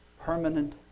permanent